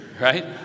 right